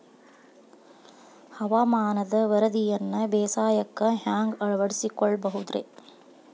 ಹವಾಮಾನದ ವರದಿಯನ್ನ ಬೇಸಾಯಕ್ಕ ಹ್ಯಾಂಗ ಅಳವಡಿಸಿಕೊಳ್ಳಬಹುದು ರೇ?